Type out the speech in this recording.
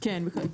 כן.